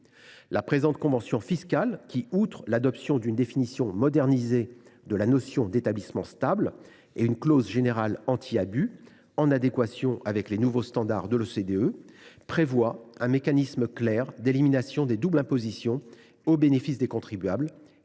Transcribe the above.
La présente convention fiscale comporte une définition modernisée de la notion d’établissement stable et une clause générale anti abus, en adéquation avec les nouveaux standards de l’OCDE. Elle prévoit un mécanisme clair d’élimination des doubles impositions, au bénéfice des contribuables,